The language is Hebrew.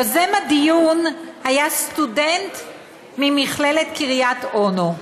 יוזם הדיון היה סטודנט ממכללת קריית אונו,